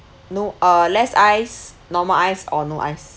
no uh less ice normal ice or no ice